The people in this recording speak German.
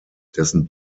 dessen